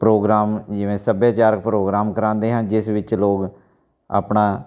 programme ਜਿਵੇਂ ਸੱਭਿਆਚਾਰਕ programme ਕਰਾਉਂਦੇ ਹਾਂ ਜਿਸ ਵਿੱਚ ਲੋਕ ਆਪਣਾ